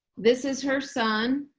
this is her son,